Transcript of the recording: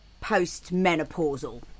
post-menopausal